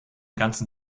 ganzen